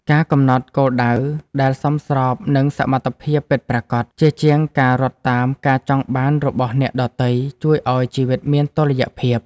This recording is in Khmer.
ការកំណត់គោលដៅដែលសមស្របនឹងសមត្ថភាពពិតប្រាកដ ជាជាងការរត់តាមការចង់បានរបស់អ្នកដទៃ ជួយឱ្យជីវិតមានតុល្យភាព។